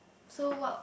so what